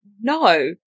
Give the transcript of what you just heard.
no